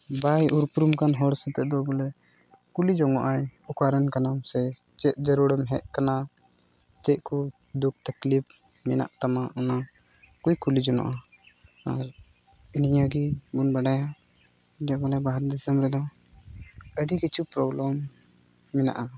ᱵᱟᱭ ᱩᱯᱨᱩᱢ ᱠᱟᱱ ᱦᱚᱲ ᱥᱟᱛᱮᱜ ᱫᱚ ᱵᱚᱞᱮ ᱠᱩᱞᱤ ᱡᱚᱱᱚᱜᱼᱟᱭ ᱚᱠᱟᱨᱮᱱ ᱠᱟᱱᱟᱢ ᱥᱮ ᱪᱮᱫ ᱡᱟᱹᱨᱩᱲᱮᱢ ᱦᱮᱡ ᱠᱟᱱᱟ ᱪᱮᱫ ᱠᱚ ᱫᱩᱠᱷ ᱛᱟᱠᱷᱞᱤᱯ ᱢᱮᱱᱟᱜ ᱛᱟᱢᱟ ᱚᱱᱟ ᱠᱚᱭ ᱠᱩᱞᱤ ᱡᱚᱱᱟᱜᱼᱟ ᱟᱨ ᱱᱤᱭᱟᱹ ᱜᱮᱵᱚᱱ ᱵᱟᱲᱟᱭᱟ ᱡᱮ ᱵᱚᱞᱮ ᱵᱟᱦᱨᱮ ᱫᱤᱥᱚᱢ ᱨᱮᱫᱚ ᱟᱹᱰᱤ ᱠᱤᱪᱷᱩ ᱯᱨᱚᱵᱽᱞᱮᱢ ᱢᱮᱱᱟᱜᱼᱟ